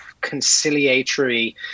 conciliatory